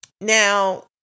Now